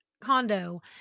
condo